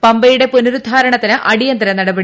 പമ്പയുടെ പുനരുദ്ധാരണത്തിന്റ് അടിയന്തര നടപടി